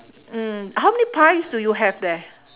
mm how many pies do you have there